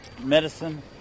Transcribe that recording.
medicine